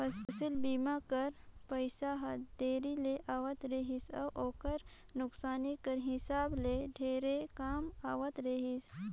फसिल बीमा कर पइसा हर देरी ले आवत रहिस अउ ओकर नोसकानी कर हिसाब ले ढेरे कम आवत रहिस